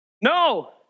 No